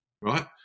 right